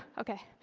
ok.